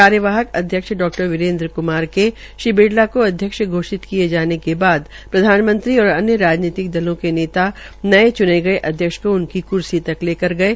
कार्यवाहक अध्यक्ष डा वीरेन्द्र कुमार के श्री बिरला को अध्यक्ष घोषित किये जाने के बाद प्रधामनमंत्री और अन्य राजनीतिक दलों के नेता नये च्ने गये अध्यक्ष को उनकी कुर्सी तक लेकर गये